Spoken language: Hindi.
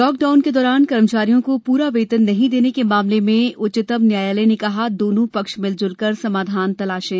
लॉकडाउन के दौरान कर्मचारियों को पूरा वेतन नहीं देने के मामले में उच्चतम न्यायालय ने कहा दोनों पक्ष मिलजुलकर समाधान तलाशें